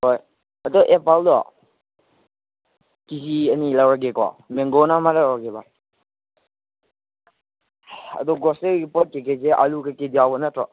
ꯍꯣꯏ ꯑꯗꯣ ꯑꯦꯄꯜꯗꯣ ꯀꯦ ꯖꯤ ꯑꯅꯤ ꯂꯧꯔꯒꯦꯀꯣ ꯃꯦꯡꯒꯣꯅ ꯑꯃ ꯂꯧꯔꯒꯦꯕ ꯑꯗꯨ ꯒ꯭ꯔꯣꯁꯔꯤꯒꯤ ꯄꯣꯠ ꯀꯩꯀꯩꯁꯦ ꯑꯂꯨ ꯀꯩꯀꯩꯗꯤ ꯌꯥꯎꯕ ꯅꯠꯇ꯭ꯔꯣ